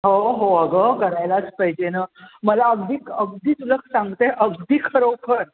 हो हो अगं करायलाच पाहिजे ना मला अगदी अगदी तुला सांगते अगदी खरोखर